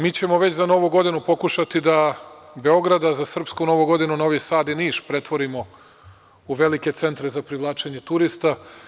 Mi ćemo već za Novu godinu pokušati da Beograd, a za Srpsku Novu godinu Novi Sad i Niš pretvorimo u velike centre za privlačenje turista.